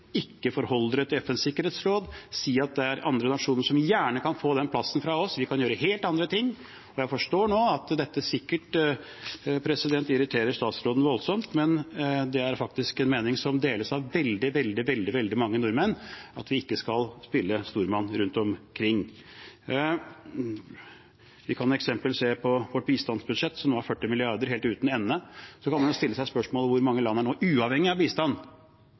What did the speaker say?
Ikke forhold dere til FNs sikkerhetsråd. Si at det er andre nasjoner som gjerne kan få den plassen av oss. Vi kan gjøre helt andre ting. Jeg forstår at dette sikkert irriterer utenriksministeren noe voldsomt, men det at vi ikke skal spille stormann rundt omkring, er faktisk en mening som deles av veldig, veldig mange nordmenn. Vi kan f.eks. se på vårt bistandsbudsjett, som nå er på 40 mrd. kr – helt uten ende. Så kan man stille seg spørsmålet: Hvor mange land er nå uavhengige av bistand